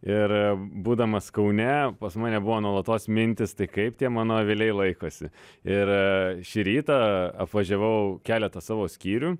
ir būdamas kaune pas mane buvo nuolatos mintys tai kaip tie mano aviliai laikosi ir šį rytą apvažiavau keletą savo skyrių